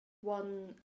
one